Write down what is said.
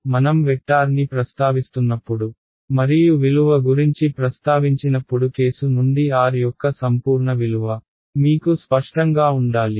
కాబట్టి మనం వెక్టార్ని ప్రస్తావిస్తున్నప్పుడు మరియు విలువ గురించి ప్రస్తావించినప్పుడు కేసు నుండి r యొక్క సంపూర్ణ విలువ మీకు స్పష్టంగా ఉండాలి